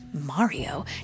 Mario